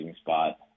spot